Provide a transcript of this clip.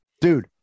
Dude